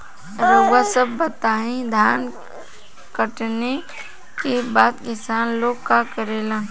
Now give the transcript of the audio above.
रउआ सभ बताई धान कांटेके बाद किसान लोग का करेला?